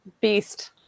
beast